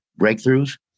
breakthroughs